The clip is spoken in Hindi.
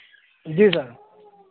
जी सर